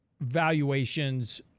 valuations